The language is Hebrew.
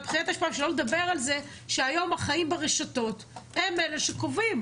--- שלא לדבר על זה שהיום החיים ברשתות הם אלה שקובעים